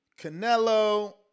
Canelo